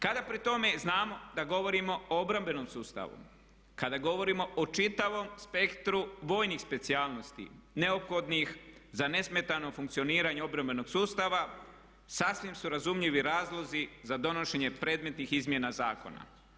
Kada pri tome znamo da govorimo o obrambenom sustavu, kada govorimo o čitavom spektru vojnih specijalnosti neophodnih za nesmetano funkcioniranje obrambenog sustava sasvim su razumljivi razlozi za donošenje predmetnih izmjena zakona.